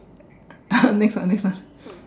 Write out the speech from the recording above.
ah this on me